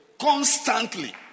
Constantly